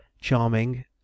charming